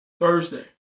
Thursday